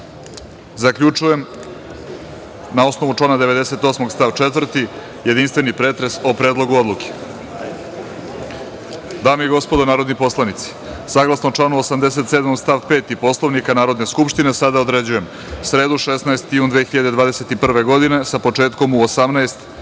predate. Na osnovu člana 98. stav 4. zaključujem jedinstveni pretres o Predlogu odluke. Dame i gospodo narodni poslanici, saglasno članu 87. stav 5. Poslovnika Narodne skupštine, sada određujem sredu, 16. jun 2021. godine, sa početkom u 18 časova